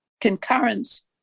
concurrence